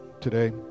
today